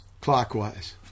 clockwise